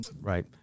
Right